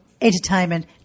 entertainment